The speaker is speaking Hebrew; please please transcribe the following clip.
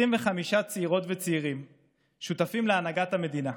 25 צעירות וצעירים שותפים להנהגת המדינה.